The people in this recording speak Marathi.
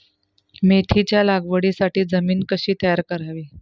मेथीच्या लागवडीसाठी जमीन कशी तयार करावी?